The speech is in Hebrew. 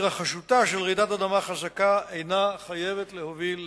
התרחשותה של רעידת אדמה חזקה אינה חייבת להוביל לאסון.